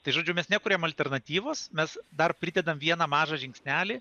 tai žodžiu mes nekuriam alternatyvos mes dar pridedam vieną mažą žingsnelį